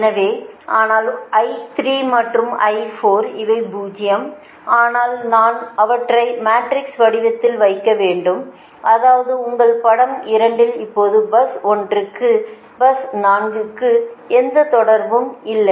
எனவே ஆனால் I3 மற்றும் I4 அவை பூஜ்யம் ஆனால் நாம் அவற்றை மேட்ரிக்ஸ் வடிவத்தில் வைக்க வேண்டும் அதாவது உங்கள் படம் 2 இல் இப்போது பஸ் 1 க்கும் பஸ் 4 க்கும் எந்த தொடர்பும் இல்லை